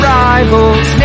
rivals